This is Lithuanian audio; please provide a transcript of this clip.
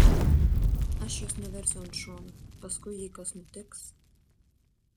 aš jos neversiu ant šono paskui jei kas nutiks